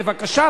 בבקשה,